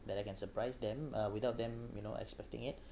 that I can that I can surprise them uh without them you know expecting it